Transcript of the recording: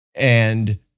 And-